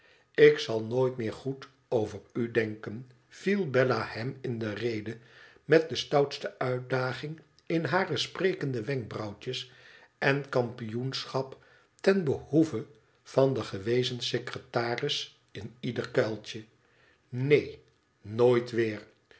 tik zal nooit meer goed over u denken vielbella hem in de rede met de stoutste uitdaging in hare sprekende wenkbrauwtjes en kampioen schap ten behoeve van den gewezen secretaris in ieder kuiltje i neen nooit weer